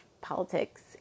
politics